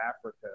Africa